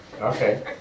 Okay